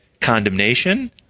condemnation